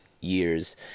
years